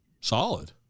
Solid